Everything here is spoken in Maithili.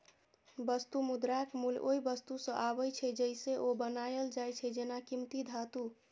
वस्तु मुद्राक मूल्य ओइ वस्तु सं आबै छै, जइसे ओ बनायल जाइ छै, जेना कीमती धातु